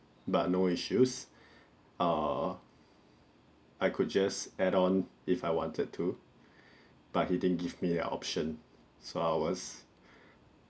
but no issues uh I could just add on if I wanted to but he didn't give me an option so I was